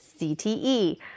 CTE